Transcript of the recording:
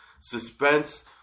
Suspense